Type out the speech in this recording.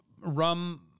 rum